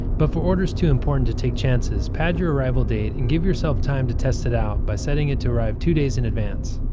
but for orders too important to take chances, pad your arrival day and give yourself time to test it out by setting it to arrive two days in advance.